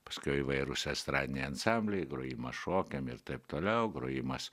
paskiau įvairūs estradiniai ansambliai grojimas šokiam ir taip toliau grojimas